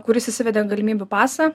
kuris įsivedė galimybių pasą